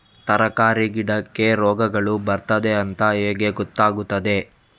ತರಕಾರಿ ಗಿಡಕ್ಕೆ ರೋಗಗಳು ಬರ್ತದೆ ಅಂತ ಹೇಗೆ ಗೊತ್ತಾಗುತ್ತದೆ?